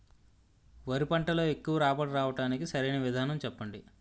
వరి పంటలో ఎక్కువ రాబడి రావటానికి సరైన విధానం చెప్పండి?